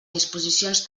disposicions